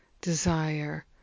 desire